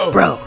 Bro